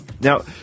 Now